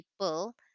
people